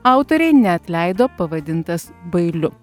autorei neatleido pavadintas bailiu